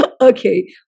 Okay